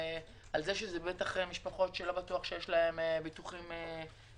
על כך שאלה משפחות שלא בטוח שיש להן ביטוחים אישיים,